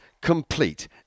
complete